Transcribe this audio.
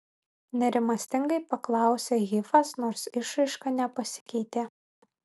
nerimastingai paklausė hifas nors išraiška nepasikeitė